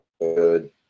good